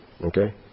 okay